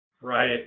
Right